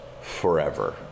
forever